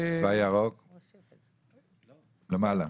והירוק, למעלה.